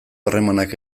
harremanak